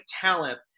talent